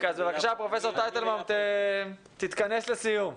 אז בבקשה, פרופ' טייטלבאום, תתכנס לסיום.